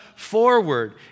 forward